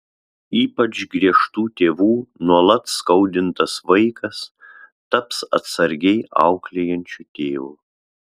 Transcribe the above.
ypač griežtų tėvų nuolat skaudintas vaikas taps atsargiai auklėjančiu tėvu